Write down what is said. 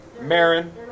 Marin